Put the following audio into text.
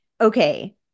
okay